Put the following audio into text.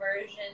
version